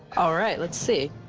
all right, let's see.